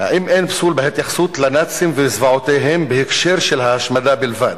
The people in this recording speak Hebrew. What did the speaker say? "בהתייחסות לנאצים ולזוועותיהם בהקשר של ההשמדה בלבד?